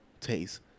taste